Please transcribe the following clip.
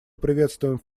приветствуем